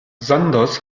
sanders